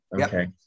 Okay